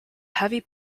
heavy